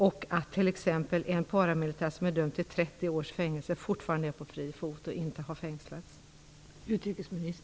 En paramilitär, t.ex., som är dömd till 30 års fängelse är fortfarande på fri fot.